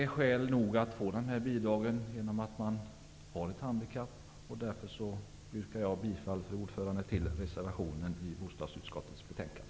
Att man har ett handikapp är skäl nog för att man skall få dessa bidrag. Därför yrkar jag bifall till reservationen i bostadsutskottets betänkande.